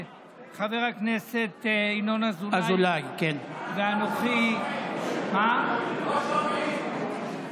חבר הכנסת ינון אזולאי ואנוכי לא שומעים.